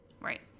Right